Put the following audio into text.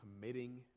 committing